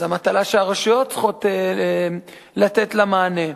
או מטלה שהרשויות צריכות לתת לה מענה,